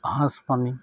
সাঁজ পানী